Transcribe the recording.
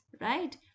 right